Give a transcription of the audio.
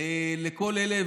לכל אלה,